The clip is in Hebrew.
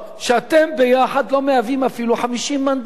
שכחתם בליכוד וקדימה שאתם ביחד לא מהווים אפילו 50 מנדטים,